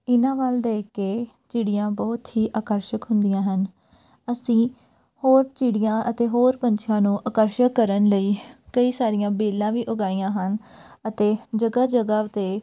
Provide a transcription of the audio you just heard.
ਇਹਨਾਂ ਵੱਲ ਦੇਖ ਕੇ ਚਿੜੀਆਂ ਬਹੁਤ ਹੀ ਆਕਰਸ਼ਿਤ ਹੁੰਦੀਆਂ ਹਨ ਅਸੀਂ ਹੋਰ ਚਿੜੀਆਂ ਅਤੇ ਹੋਰ ਪੰਛੀਆਂ ਨੂੰ ਆਕਰਸ਼ਿਤ ਕਰਨ ਲਈ ਕਈ ਸਾਰੀਆਂ ਵੇਲਾਂ ਵੀ ਉਗਾਈਆਂ ਹਨ ਅਤੇ ਜਗ੍ਹਾ ਜਗ੍ਹਾ 'ਤੇ